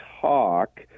talk